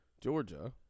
georgia